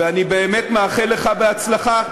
ואני באמת מאחל לך הצלחה,